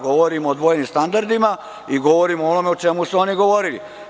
Govorim o dvojnim standardima i govorim o onome o čemu su oni govorili.